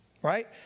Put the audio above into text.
right